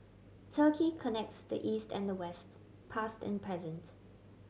Turkey connects the East and the West past and present